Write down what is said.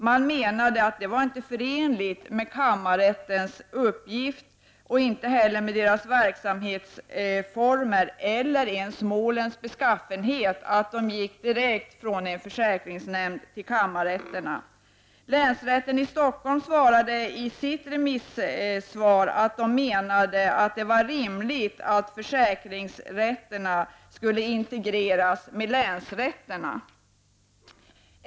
De menade att detta förslag inte var förenligt med kammarrättens uppgift och inte heller med dess verksamhetsformer eller med målens beskaffenhet, dvs. att de gick direkt från en försäkringsnämnd till kammarrätterna. Länsrätten i Stockholm angav i sitt remissvar att det var rimligt att försäkringsrätterna skulle integreras med länsrätterna.